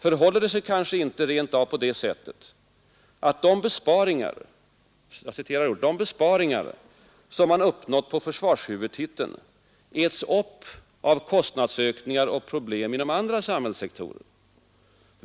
Förhåller det sig kanske inte rent av på det sättet att de ”besparingar” som man uppnått på försvarshuvudtiteln äts upp av kostnadsökningar och problem inom andra samhällssektorer?